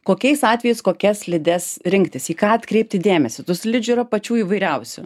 kokiais atvejais kokias slides rinktis į ką atkreipti dėmesį tų slidžių yra pačių įvairiausių